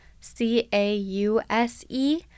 C-A-U-S-E